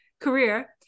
career